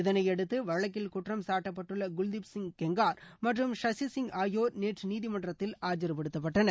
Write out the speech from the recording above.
இதனையடுத்து வழக்கில் குற்றம் சாட்டப்பட்டுள்ள குல்தீப் சிங் செங்கர் மற்றும் சஷி சிங் ஆகியோர் நேற்று நீதிமன்றத்தில் ஆஜர்படுத்தப்பட்டனர்